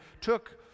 took